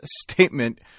statement